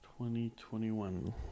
2021